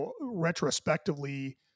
retrospectively